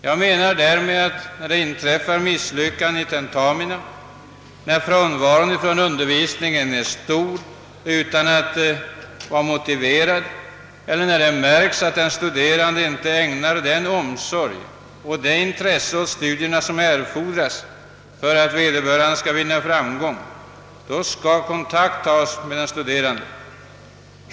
Jag menar därmed, att när det inträffar misslyckanden i tentamina, när frånvaron från undervisningen är stor utan att vara motiverad eller när det märks att den studerande inte ägnar den omsorg och det intresse åt studierna som erfordras för att vederbörande skall vinna framgång i studierna, skall kontakt tas med den studerande.